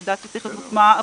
לדעתי צריך הטמעה,